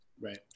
Right